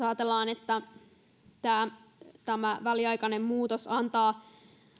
ajatellaan että tämä tämä väliaikainen muutos antaa